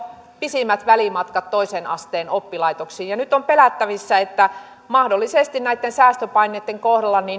pisimmät välimatkat toisen asteen oppilaitoksiin ja nyt on pelättävissä että mahdollisesti säästöpaineitten kohdalla